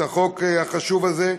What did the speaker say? את החוק החשוב הזה,